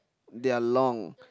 they are long